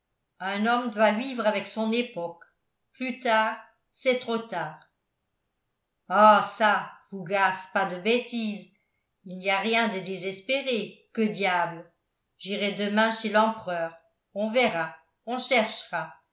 un homme doit vivre avec son époque plus tard c'est trop tard ah çà fougas pas de bêtises il n'y a rien de désespéré que diable j'irai demain chez l'empereur on verra on cherchera